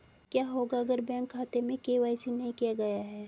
क्या होगा अगर बैंक खाते में के.वाई.सी नहीं किया गया है?